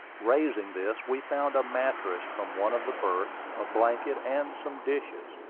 raising this, we found a mattress from one of the berths, a blanket, and some dishes.